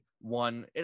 one